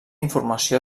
informació